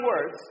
words